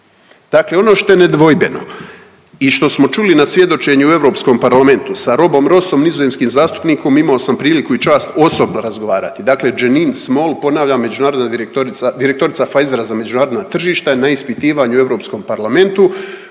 Dakle ono što je nedvojbeno i što smo čuli na svjedočenju u Europskom parlamentu, sa Robom Rossom, nizozemskim zastupnikom imao samo priliku i čast osobno razgovarati, dakle Janine Small ponavljam međunarodna direktorica, direktorica Pfizera za međunarodna tržišta je na ispitivanju u Europskom parlamentu